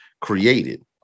created